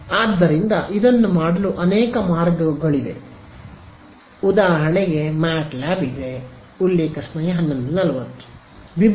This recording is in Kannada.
ಆದ್ದರಿಂದ ಅದನ್ನು ಮಾಡಲು ಕೆಲವು ಮಾರ್ಗಗಳಿವೆ ಉದಾಹರಣೆಗೆ ಮ್ಯಾಟ್ಲ್ಯಾಬ್ ಇದೆ ವಿಭಜನೆ